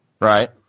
Right